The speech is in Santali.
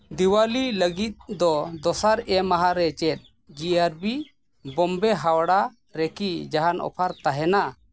ᱫᱤᱣᱟᱞᱤ ᱞᱟᱹᱜᱤᱫ ᱫᱚ ᱫᱚᱥᱟᱨ ᱮ ᱢᱟᱦᱟ ᱨᱮ ᱪᱮᱫ ᱡᱤ ᱟᱨ ᱵᱤ ᱵᱳᱢᱵᱮ ᱦᱟᱣᱲᱟ ᱨᱮᱠᱤ ᱡᱟᱦᱟᱱ ᱚᱯᱷᱟᱨ ᱛᱟᱦᱮᱱᱟ